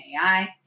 AI